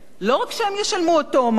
לא רק שהם ישלמו אותו מס,